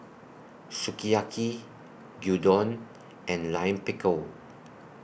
Sukiyaki Gyudon and Lime Pickle